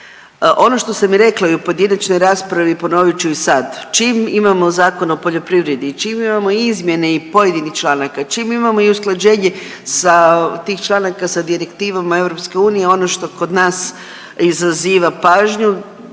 Ono što sam rekla i u pojedinačnoj raspravi ponovit ću i sad, čim imamo Zakon o poljoprivredi i čim imamo izmjene i pojedinih članaka, čim imamo i usklađenje tih članaka sa direktivama EU ono što kod nas izaziva pažnju